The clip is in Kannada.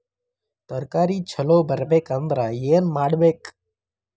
ತರಕಾರಿ ಛಲೋ ಬರ್ಬೆಕ್ ಅಂದ್ರ್ ಏನು ಮಾಡ್ಬೇಕ್?